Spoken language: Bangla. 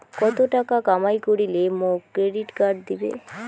কত টাকা কামাই করিলে মোক ক্রেডিট কার্ড দিবে?